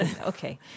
Okay